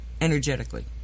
energetically